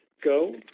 go,